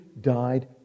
died